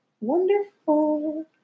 wonderful